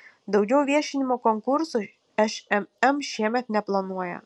daugiau viešinimo konkursų šmm šiemet neplanuoja